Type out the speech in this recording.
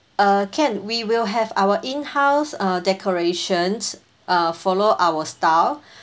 uh can we will have our in-house uh decorations uh follow our style